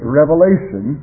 revelation